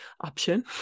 option